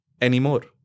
anymore